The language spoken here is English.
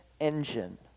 engine